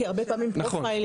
כי הרבה פעמים פרופיילינג,